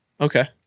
Okay